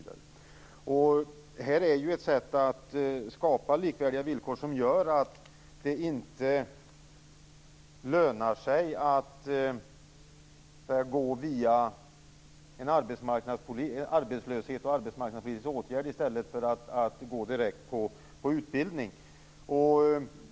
Det här är ett sätt att skapa likvärdiga villkor som gör att det inte lönar sig att gå via arbetslöshet och arbetsmarknadspolitiska åtgärder i stället för att gå direkt på utbildning.